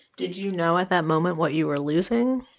did you know at that moment what you were losing?